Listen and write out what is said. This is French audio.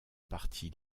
parti